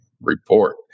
Report